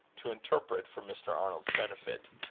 to interpret for mr. arnold's benefit